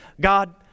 God